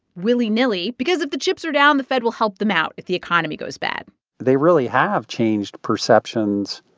willy-nilly because if the chips are down, the fed will help them out if the economy goes bad they really have changed perceptions